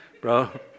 bro